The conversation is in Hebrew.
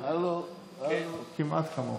כמעט, כמעט כמוך.